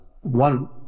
one